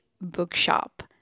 Bookshop